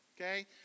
Okay